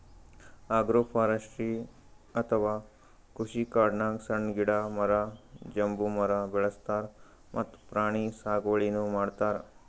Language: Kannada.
ಅಗ್ರೋಫಾರೆಸ್ರ್ಟಿ ಅಥವಾ ಕೃಷಿಕಾಡ್ನಾಗ್ ಸಣ್ಣ್ ಗಿಡ, ಮರ, ಬಂಬೂ ಮರ ಬೆಳಸ್ತಾರ್ ಮತ್ತ್ ಪ್ರಾಣಿ ಸಾಗುವಳಿನೂ ಮಾಡ್ತಾರ್